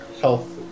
Health